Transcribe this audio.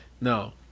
No